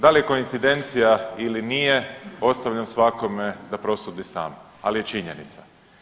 Da li je koincidencija ili nije ostavljam svakome da prosudi sam, ali je činjenica.